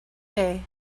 day